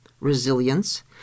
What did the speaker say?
resilience